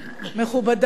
מכובדי,